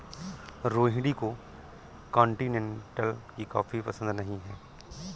रोहिणी को कॉन्टिनेन्टल की कॉफी पसंद नहीं है